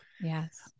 Yes